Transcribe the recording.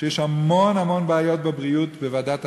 שיש המון בעיות בבריאות, בוועדת הסל.